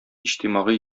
иҗтимагый